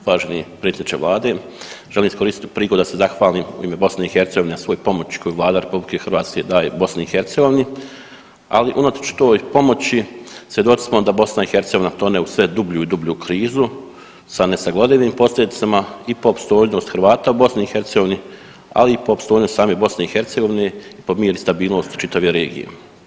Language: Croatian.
Uvaženi predsjedniče vlade želim iskoristiti prigodu da se zahvalim u ime BiH na svoj pomoći koju Vlada RH daje BiH ali unatoč toj pomoći svjedoci smo da BiH tone u sve dublju i dublju krizu sa nesagledivim posljedicama i po opstojnost Hrvata u BiH ali i po opstojnosti same BiH i po mir i stabilnost čitave regije.